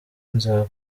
nza